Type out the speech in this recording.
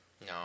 No